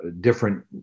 different